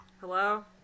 Hello